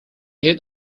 head